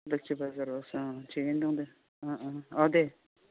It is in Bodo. लोक्षि बाजारावसो थिगैनो दं दे अह दे